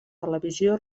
televisió